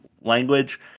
language